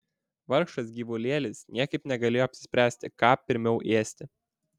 vargšas gyvulėlis niekaip negalėjo apsispręsti ką pirmiau ėsti